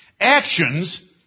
Actions